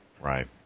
Right